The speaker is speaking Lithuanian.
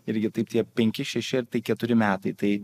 irgi taip tie penki šeši keturi metai tai